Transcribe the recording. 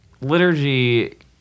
liturgy